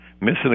missing